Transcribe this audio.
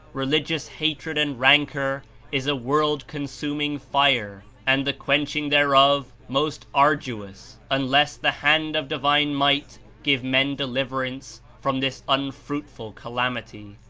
religious hatred and rancor is a world-consum ing fire, and the quenching thereof most arduous, un less the hand of divine might give men deliverance from this unfruitful calamity.